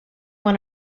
won